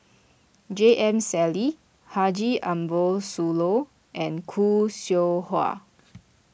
J M Sali Haji Ambo Sooloh and Khoo Seow Hwa